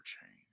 change